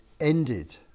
ended